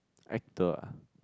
actor ah